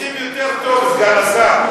רוצים יותר טוב, סגן השר.